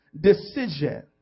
decision